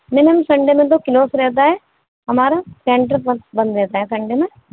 میم ہم سنڈے میں تو کلوز رہتا ہے ہمارا سنٹر بند رہتا ہے سنڈے میں